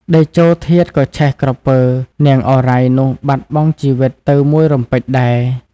តេជោធាតុក៏ឆេះក្រពើ នាងឱរ៉ៃ នោះបាត់បង់ជីវិត ទៅមួយរំពេចដែរ ។